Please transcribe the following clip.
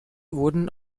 wurden